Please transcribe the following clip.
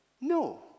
No